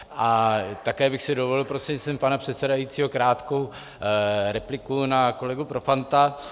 A také bych si dovolil prostřednictvím pana předsedajícího krátkou repliku na kolegu Profanta.